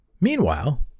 Meanwhile